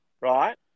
Right